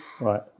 Right